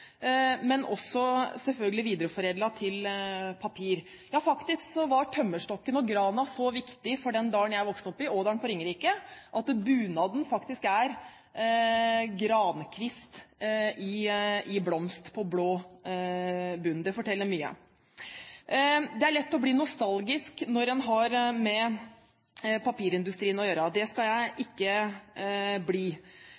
men også selvfølgelig videreforedlet til papir. Faktisk var tømmerstokken og grana så viktige for den dalen jeg vokste opp i, Ådalen på Ringerike, at det i bunaden er grankvist i blomst på blå bunn. Det forteller mye. Det er lett å bli nostalgisk når en har med papirindustrien å gjøre. Det skal jeg